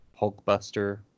Hulkbuster